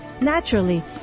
naturally